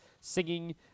singing